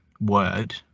word